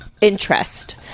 Interest